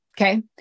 Okay